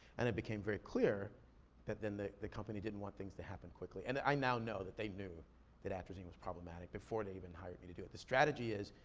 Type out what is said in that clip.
and it became very clear that then, the the company didn't want things to happen quickly. and i now know that they knew that atrazine was problematic, before they even hired me to do it. the strategy is,